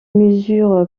mesure